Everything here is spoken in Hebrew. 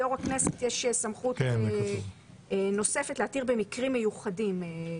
ליושב-ראש הכנסת יש סמכות נוספת להתיר במקרים מיוחדים.